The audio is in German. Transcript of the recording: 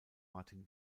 martin